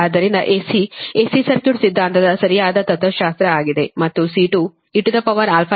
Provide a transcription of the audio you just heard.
ಆದ್ದರಿಂದ AC AC circuit ಸಿದ್ಧಾಂತದ ಸರಿಯಾದ ತತ್ವಶಾಸ್ತ್ರ ಆಗಿದೆ ಮತ್ತು C2e αxejωt βx ಸರಿನಾ